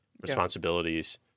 responsibilities